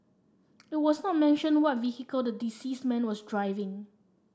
it was not mentioned what vehicle the deceased man was driving